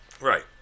Right